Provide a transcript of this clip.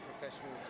professional